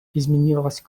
изменилась